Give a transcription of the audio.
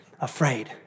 afraid